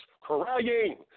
Crying